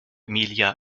emilia